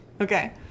Okay